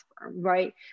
right